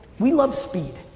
we love speed.